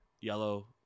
yellow